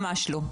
ממש לא,